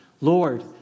Lord